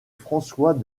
françois